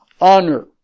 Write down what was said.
honor